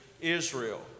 Israel